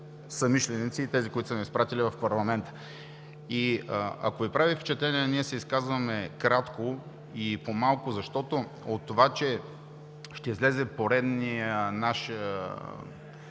тези, които са ни изпратили в парламента. Ако Ви прави впечатление, ние се изказваме кратко и малко, защото от това, че ще излезе поредният наш